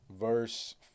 verse